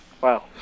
Wow